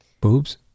Boobs